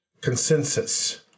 consensus